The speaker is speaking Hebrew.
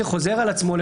עצמו,